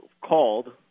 called